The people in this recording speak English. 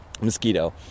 mosquito